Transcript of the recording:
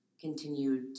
continued